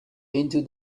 into